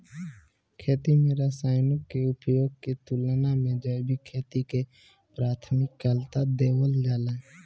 खेती में रसायनों के उपयोग के तुलना में जैविक खेती के प्राथमिकता देवल जाला